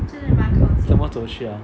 怎么走去啊